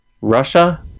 russia